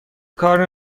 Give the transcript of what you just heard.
کار